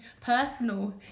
personal